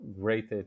great